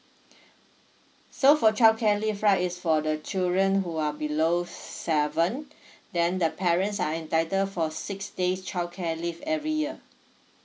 so for childcare leave right is for the children who are below seven then the parents are entitled for six days childcare leave every year